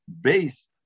base